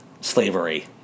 slavery